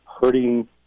hurting